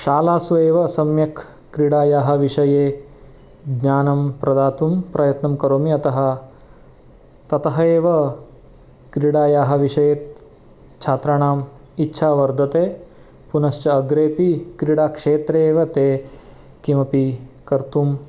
शालासु एव सम्यक् क्रीडायाः विषये ज्ञानं प्रदातुं प्रयत्नं करोमि अतः ततः एव क्रीडायाः विषये छात्राणाम् इच्छा वर्धते पुनश्च अग्रे अपि क्रीडाक्षेत्रे एव ते किमपि कर्तुं